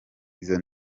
izi